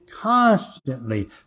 constantly